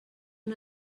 una